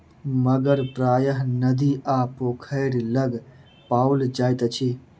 मगर प्रायः नदी आ पोखैर लग पाओल जाइत अछि